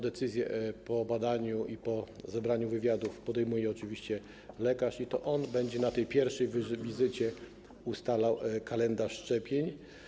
Decyzję po badaniu i po zebraniu wywiadu podejmuje oczywiście lekarz i to on będzie na pierwszej wizycie ustalał kalendarz szczepień.